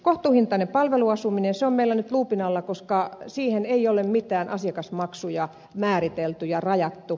kohtuuhintainen palveluasuminen on meillä nyt luupin alla koska siihen ei ole mitään asiakasmaksuja määritelty ja rajattu